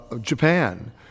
Japan